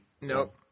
nope